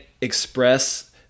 express